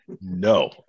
no